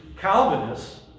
Calvinists